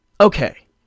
okay